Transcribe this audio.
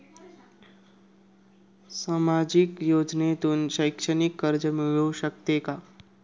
सामाजिक योजनेतून शैक्षणिक कर्ज मिळू शकते का?